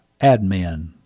Admin